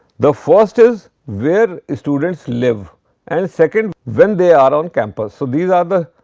the first is where students live and second, when they are on campus. so, these are the.